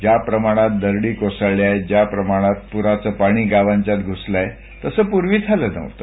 ज्याप्रमाणात दरडी कोसळल्यात ज्याप्रमाणे पुराचं पाणी गावांच्यात घुसलय तसं पूर्वी झालं नव्हतं